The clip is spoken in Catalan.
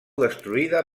destruïda